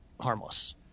harmless